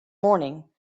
morning